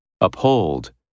Uphold